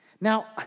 Now